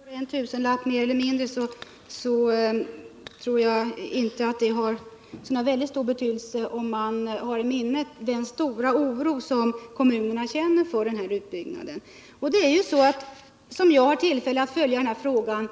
Herr talman! Om det blir en tusenlapp mer eller mindre tror jag inte har så stor betydelse, när man håller i minnet den stora oro som kommunerna känner för den här utbyggnaden. Jag har haft tillfälle att följa denna fråga